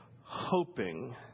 hoping